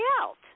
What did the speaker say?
out